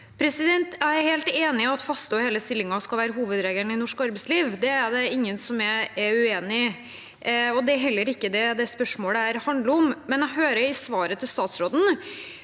Jeg er helt enig i at faste og hele stillinger skal være hovedregelen i norsk arbeidsliv. Det er det ingen som er uenig i, og det er heller ikke det dette spørsmålet handler om. Jeg hører av svaret til statsråden